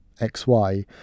XY